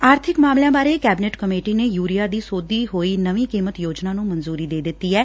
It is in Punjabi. ਆਰਥਿਕ ਮਾਮਲਿਆਂ ਬਾਰੇ ਕੈਬਨਿਟ ਕਮੇਟੀ ਨੇ ਯੁਰੀਆ ਦੀ ਸੋਧੀ ਹੋਈ ਨਵੀਂ ਕੀਮਤ ਯੋਜਨਾ ਨੂੰ ਮਨਜੁਰੀ ਦੇ ਦਿੱਤੀ ਐ